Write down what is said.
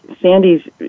Sandy's